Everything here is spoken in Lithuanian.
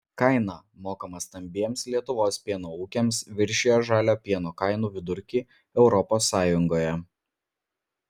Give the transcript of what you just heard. kaina mokama stambiems lietuvos pieno ūkiams viršijo žalio pieno kainų vidurkį europos sąjungoje